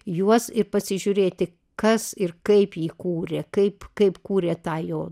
juos ir pasižiūrėti kas ir kaip jį kūrė kaip kaip kūrė tą jo